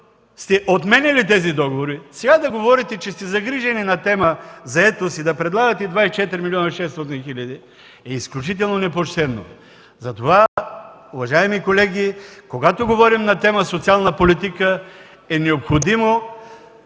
сте отменяли тези договори, сега да говорите, че сте загрижени на тема „заетост” да предлагате 24 млн. 600 хиляди е изключително непочтено. Затова, уважаеми колеги, когато говорим на тема социална политика е необходимо